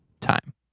time